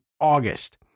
August